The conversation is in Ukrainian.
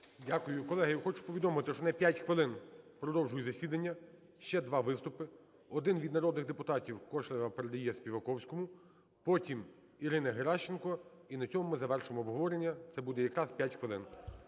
Дякую. Колеги, хочу повідомити, що на 5 хвилин продовжую засідання, ще два виступи. Один – від народних депутатів. Кошелєва передає Співаковському. Потім – Ірина Геращенко. І на цьому ми завершуємо обговорення. Це буде якраз 5 хвилин.